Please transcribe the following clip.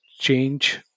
change